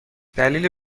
دلیلی